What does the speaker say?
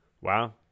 Wow